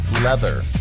leather